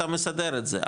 אתה מסדר את זה,